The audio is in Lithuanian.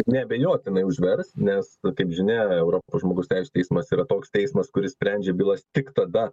neabejotinai užvers nes kaip žinia europos žmogaus teisių teismas yra toks teismas kuris sprendžia bylas tik tada